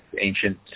ancient